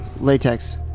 Latex